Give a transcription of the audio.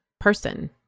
person